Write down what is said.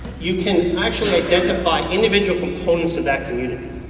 you can actually identify individual components of that community.